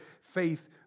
faith